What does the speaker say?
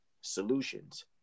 solutions